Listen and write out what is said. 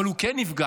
אבל הוא כן נפגש